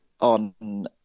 on